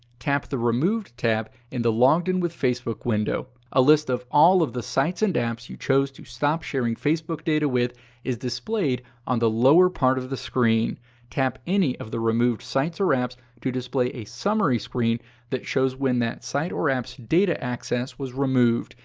tap the removed tab in the logged in with facebook window. a list of all of the sites and apps you chose to stop sharing facebook data with is displayed on the lower part of the screen. tap any of the removed sites or apps to display a summary screen that shows when that site or app's data access was removed,